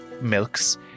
milks